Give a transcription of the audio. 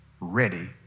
ready